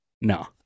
No